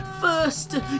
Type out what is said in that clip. First